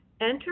enter